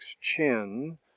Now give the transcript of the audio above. chin